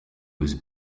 was